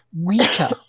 weaker